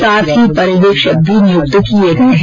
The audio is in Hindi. साथ ही पर्यवेक्षक भी नियुक्त किये गये है